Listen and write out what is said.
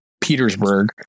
Petersburg